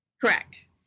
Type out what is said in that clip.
Correct